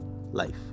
life